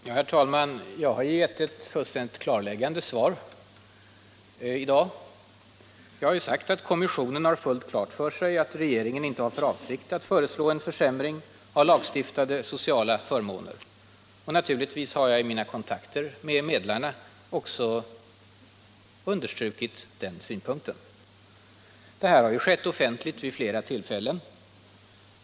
Herr talman! Jag har ju gett ett fullständigt klarläggande svar i dag: ”Kommissionen har fullt klart för sig, att regeringen inte har för avsikt att föreslå en försämring av lagstiftade sociala förmåner.” Naturligtvis har jag i mina kontakter med medlarna också understrukit den synpunkten. Det här har sagts offentligt vid flera tillfällen.